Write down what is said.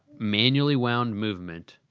manually wound movement.